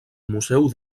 museu